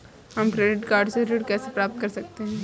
हम credit card से ऋण कैसे प्राप्त कर सकते हैं?